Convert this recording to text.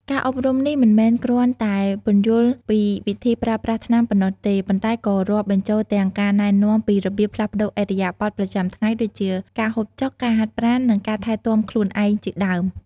ការអប់រំនេះមិនមែនគ្រាន់តែពន្យល់ពីវិធីប្រើប្រាស់ថ្នាំប៉ុណ្ណោះទេ ប៉ុន្តែក៏រាប់បញ្ចូលទាំងការណែនាំពីរបៀបផ្លាស់ប្តូរឥរិយាបថប្រចាំថ្ងៃដូចជាការហូបចុក ការហាត់ប្រាណ និងការថែទាំខ្លួនឯងជាដើម។